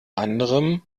anderem